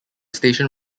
station